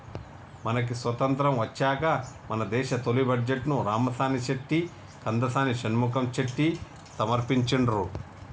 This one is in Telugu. మనకి స్వతంత్రం వచ్చాక మన దేశ తొలి బడ్జెట్ను రామసామి చెట్టి కందసామి షణ్ముఖం చెట్టి సమర్పించిండ్రు